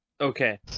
okay